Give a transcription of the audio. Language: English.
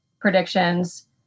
predictions